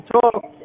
talk